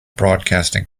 broadcasting